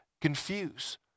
confuse